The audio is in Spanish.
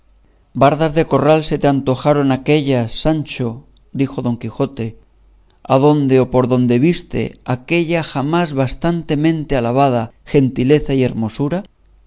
bardas de corral se te antojaron aquéllas sancho dijo don quijoteadonde o por donde viste aquella jamás bastantemente alabada gentileza y hermosura